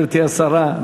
גברתי השרה,